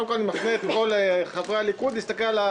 אנחנו פה בדיון שהסאבטקסט שלו הוא גזעני.